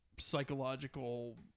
Psychological